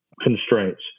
constraints